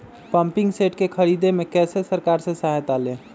Pumping set के ख़रीदे मे कैसे सरकार से सहायता ले?